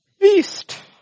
beast